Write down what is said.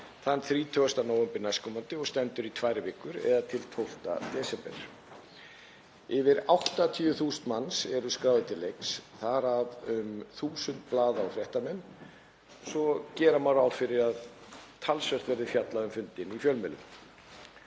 þann 30. nóvember næstkomandi og stendur í tvær vikur eða til 12. desember. Yfir 80.000 manns eru skráðir til leiks, þar af um 1.000 blaða- og fréttamenn svo að gera má ráð fyrir að talsvert verði fjallað um fundinn í fjölmiðlum.